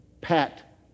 Pat